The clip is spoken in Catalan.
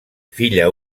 filla